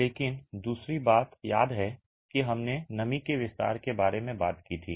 लेकिन दूसरी बात याद है कि हमने नमी के विस्तार के बारे में बात की थी